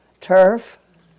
turf